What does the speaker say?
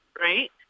right